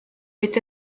est